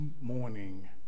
morning